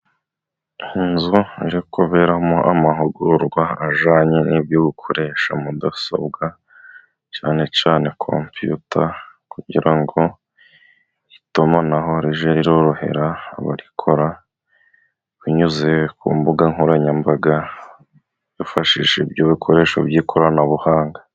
Mu nzu iri kuberamo amahugurwa ajyanye n'ibyo gukoresha mudasobwa ,cyane cyane kompiyuta kugira ngo itumanaho rijye ryorohera abarikora binyuze ku mbuga nkoranyambaga ,bifashisha ibyo bikoresho by'ikoranabuhanga.